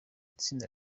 itsinda